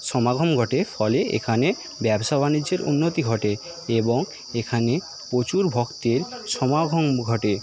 সমাগম ঘটে ফলে এখানে ব্যবসা বাণিজ্যের উন্নতি ঘটে এবং এখানে প্রচুর ভক্তের সমাগম ঘটে